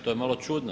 To je malo čudno.